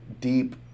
deep